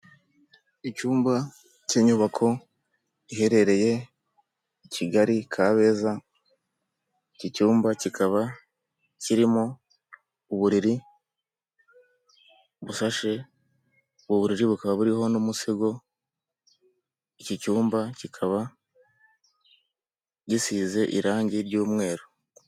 Icyumba cy'inyubako iherereye i Kigali, Kabeza, iki cyumba kikaba kirimo uburiri bushashe, uburiri bukaba buriho n'umusego, iki cyumba kikaba gisize irangi ry'umweru.